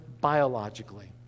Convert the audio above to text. biologically